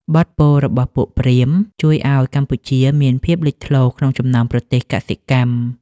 បទពោលរបស់ពួកព្រាហ្មណ៍ ជួយឱ្យកម្ពុជាមានភាពលេចធ្លោក្នុងចំណោមប្រទេសកសិកម្ម។